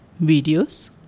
videos